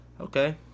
Okay